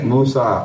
Musa